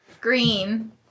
Green